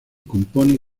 compone